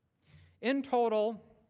in total,